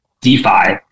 DeFi